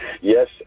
Yes